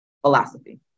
philosophy